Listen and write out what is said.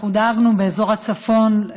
דאגנו באזור הצפון,